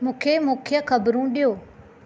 मूंखे मुख्यु ख़बरूं ॾियो